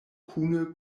kune